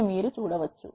అని మీరు చూడవచ్చు